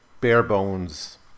bare-bones